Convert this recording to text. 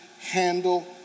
handle